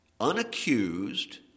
unaccused